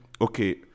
okay